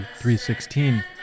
3.16